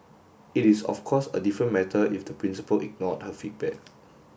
it is of course a different matter if the principal ignored her feedback